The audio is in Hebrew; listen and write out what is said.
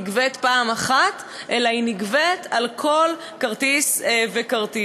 היא לא נגבית פעם אחת אלא היא נגבית על כל כרטיס וכרטיס.